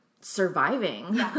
surviving